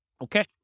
Okay